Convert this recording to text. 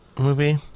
movie